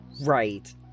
Right